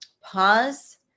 pause